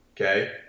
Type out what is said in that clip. okay